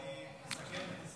רגע, אתה רוצה שאני אסכם?